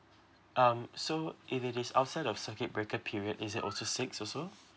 um so if it is outside of circuit breaker period is it also six also